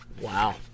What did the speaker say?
Wow